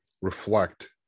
reflect